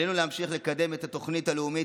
עלינו להמשיך ולקדם את התוכנית הלאומית